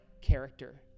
character